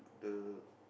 the